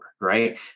right